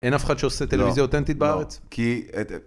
אין אף אחד שעושה טלוויזיה אותנטית בארץ.